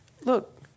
Look